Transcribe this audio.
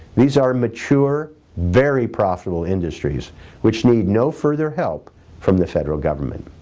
these are mature very profitable industries which need no further help from the federal government.